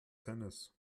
tennis